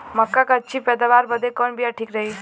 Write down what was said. मक्का क अच्छी पैदावार बदे कवन बिया ठीक रही?